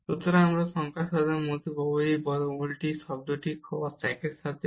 সুতরাং আমরা সংখ্যার মধ্যে পাবো এই বর্গমূল টার্মটি cos 1 এর সাথে